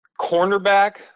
Cornerback